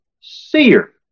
seer